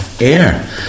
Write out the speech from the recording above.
air